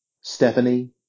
Stephanie